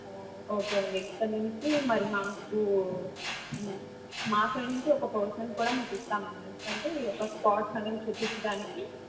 ఓ okay అండి ఇక్కడి నుంచి మరి మాకు మాకు నుంచి ఒక పర్సన్ కూడా మీకు ఇస్తామండి ఎందుకంటే ఒక స్పాట్స్ అనేవి చూపించడానికి